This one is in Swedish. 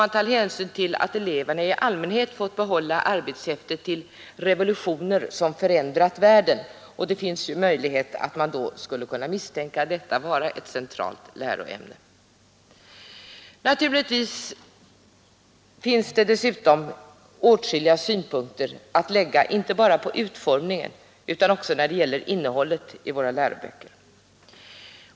När eleverna i allmänhet får behålla arbetshäftet till ”Revolutioner som förändrat världen”, kan de ju tro att detta är ett centralt läroämne. Det finns naturligtvis dessutom åtskilliga synpunkter att lägga inte bara på utformningen utan också på innehållet i våra läroböcker.